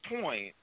point